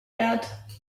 that